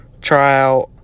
Tryout